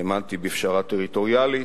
האמנתי בפשרה טריטוריאלית.